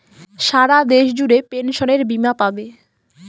সারা দেশ জুড়ে পেনসনের বীমা পাবে